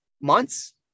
months